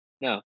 No